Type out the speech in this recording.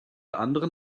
anderen